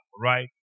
right